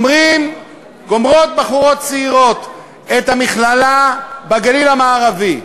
גומרות בחורות צעירות את המכללה בגליל המערבי,